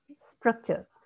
structure